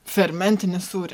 fermentinį sūrį